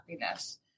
happiness